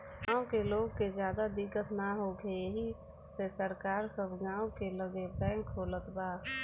गाँव के लोग के ज्यादा दिक्कत ना होखे एही से सरकार सब गाँव के लगे बैंक खोलत बा